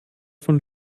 von